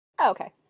Okay